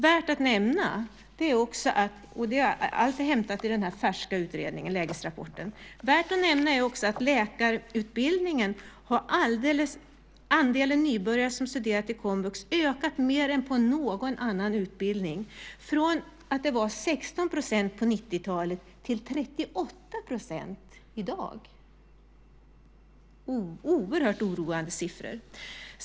Värt att nämna är också - och allt är hämtat ur Skolverkets färska lägesrapport - att på läkarutbildningen har andelen nybörjare som studerat på komvux ökat mer än på någon annan utbildning, från 16 % på 90-talet till 38 % i dag. Det är oerhört oroande siffror.